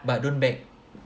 but don't beg